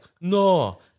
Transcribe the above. No